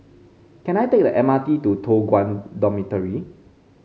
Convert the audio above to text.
can I take the M R T to Toh Guan Dormitory